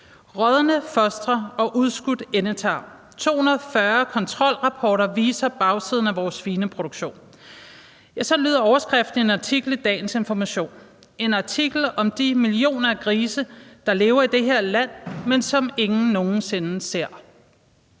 »Rådne fostre og udskudt endetarm: 240 kontrolrapporter viser bagsiden af vores svineproduktion« Sådan lyder overskriften på en artikel i dagens Information, en artikel om de millioner af grise, der lever i det her land, men som ingen nogen sinde ser.